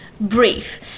brief